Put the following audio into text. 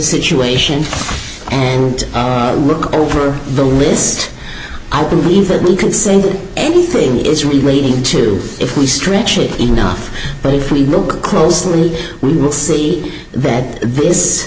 situation and look over the list i believe that we can say anything it is relating to if we stretch it enough but if we look closely we will see that this